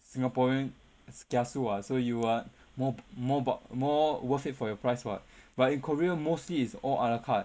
singaporean is kiasu what so you are more more more worth it for your price what but in korea mostly is all a la carte